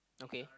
okay